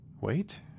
Wait